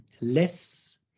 less